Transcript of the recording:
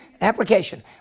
application